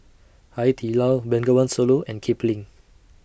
Hai Di Lao Bengawan Solo and Kipling